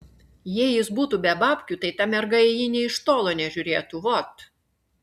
jei jis butų be babkių tai ta merga į jį nė iš tolo nežiūrėtų vot